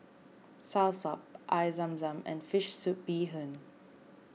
Soursop Air Zam Zam and Fish Soup Bee Hoon